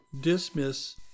dismiss